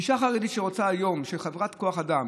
אישה חרדית שחברת כוח אדם